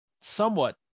somewhat